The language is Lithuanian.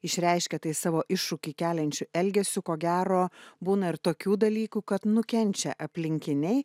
išreiškia tai savo iššūkį keliančiu elgesiu ko gero būna ir tokių dalykų kad nukenčia aplinkiniai